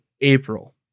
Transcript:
April